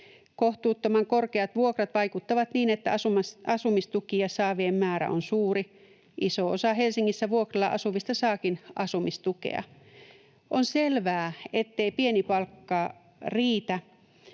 Kohtuuttoman korkeat vuokrat vaikuttavat niin, että asumistukea saavien määrä on suuri. Iso osa Helsingissä vuokralla asuvista saakin asumistukea. On selvää, ettei pieni palkka riitä